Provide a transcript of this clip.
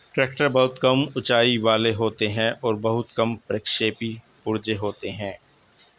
tractor बहुत कम ऊँचाई वाले होते हैं और बहुत कम प्रक्षेपी पुर्जे होते हैं